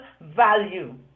value